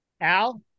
Al